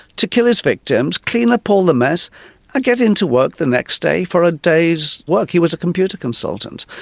to kill his victims, clean up all the mess and ah get in to work the next day for a day's work, he was a computer consultant.